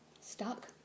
stuck